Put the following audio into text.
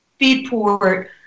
feedport